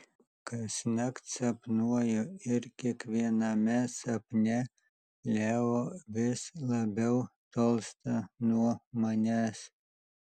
kasnakt sapnuoju ir kiekviename sapne leo vis labiau tolsta nuo manęs